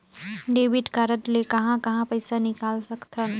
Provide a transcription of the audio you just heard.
Debit card ले कहां कहां पइसा निकाल सकथन?